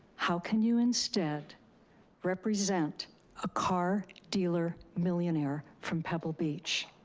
how can you instead represent a car dealer millionaire from pebble beach?